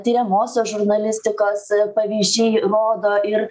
tiriamosios žurnalistikos pavyzdžiai rodo ir